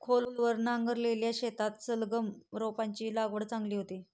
खोलवर नांगरलेल्या शेतात सलगम रोपांची वाढ चांगली होते